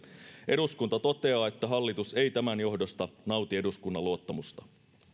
eduskunta toteaa että hallitus ei tämän johdosta nauti eduskunnan luottamusta